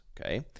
okay